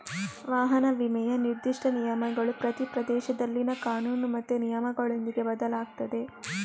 ವಾಹನ ವಿಮೆಯ ನಿರ್ದಿಷ್ಟ ನಿಯಮಗಳು ಪ್ರತಿ ಪ್ರದೇಶದಲ್ಲಿನ ಕಾನೂನು ಮತ್ತೆ ನಿಯಮಗಳೊಂದಿಗೆ ಬದಲಾಗ್ತದೆ